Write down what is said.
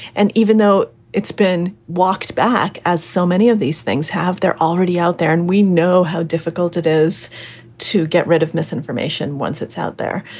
and even though it's been walked back, as so many of these things have, they're already out there. and we know how difficult it is to get rid of misinformation once it's out there.